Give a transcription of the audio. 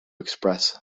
express